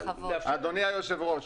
אדוני היושב-ראש,